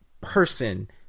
person